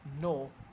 no